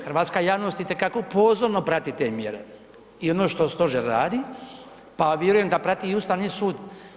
Hrvatska javnost itekako pozorno prati te mjere i ono što stožer, pa vjerujem da prati i Ustavni sud.